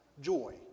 joy